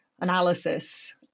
analysis